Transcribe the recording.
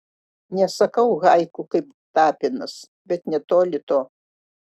nesakau haiku kaip tapinas bet netoli to